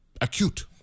acute